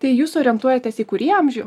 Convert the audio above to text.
tai jūs orientuojatės į kurį amžių